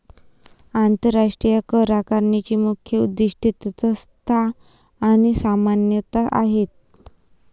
आंतरराष्ट्रीय करआकारणीची मुख्य उद्दीष्टे तटस्थता आणि समानता आहेत